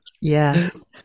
Yes